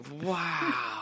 wow